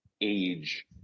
age